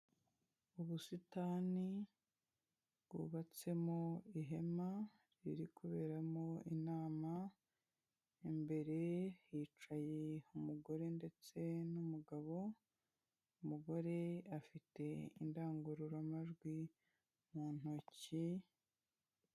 Ubusitani bwubatsemo ihema riri kuberamo inama, imbere hicaye umugore ndetse n'umugabo, umugore afite indangururamajwi mu ntoki.